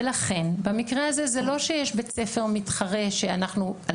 ולכן במקרה הזה זה לא שיש בית ספר מתחרה שאנחנו על